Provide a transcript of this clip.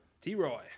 T-Roy